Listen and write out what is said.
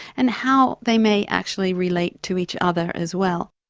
and how they may actually relate to each other as well.